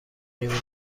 میمونه